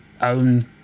own